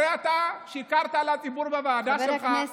הרי אתה שיקרת לציבור בוועדה שלך -- חבר הכנסת,